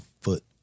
foot